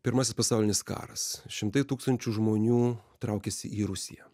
pirmasis pasaulinis karas šimtai tūkstančių žmonių traukiasi į rusiją